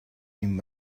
dem